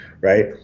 right